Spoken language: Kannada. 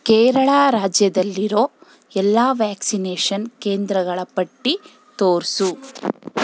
ಕೇರಳ ರಾಜ್ಯದಲ್ಲಿರೋ ಎಲ್ಲ ವ್ಯಾಕ್ಸಿನೇಷನ್ ಕೇಂದ್ರಗಳ ಪಟ್ಟಿ ತೋರಿಸು